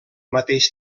mateix